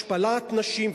השפלת נשים,